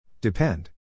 Depend